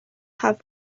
have